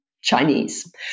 Chinese